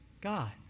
God